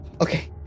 okay